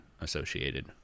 associated